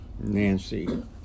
Nancy